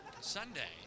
Sunday